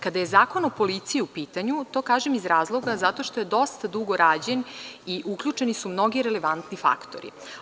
Kada je Zakon o policiji u pitanju, to kažem iz razloga zato što je dosta dugo rađen i uključeni su mnogi relevantni faktori.